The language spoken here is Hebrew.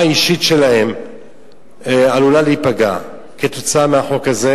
האישית שלהם עלולה להיפגע כתוצאה מהחוק הזה,